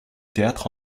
théâtre